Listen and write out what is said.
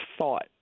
thought